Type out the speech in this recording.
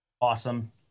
awesome